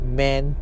man